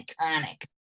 iconic